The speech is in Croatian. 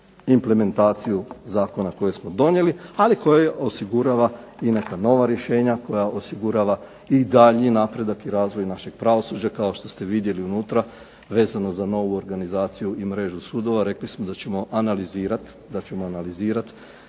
implementaciju zakona koje smo donijeli, ali koja osigurava i neka nova rješenja, koja osigurava i daljnji napredak i razvoj našeg pravosuđa. Kao što ste vidjeli unutra, vezano za novu organizaciju i mrežu sudova, rekli smo da ćemo analizirati